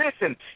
listen